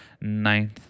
ninth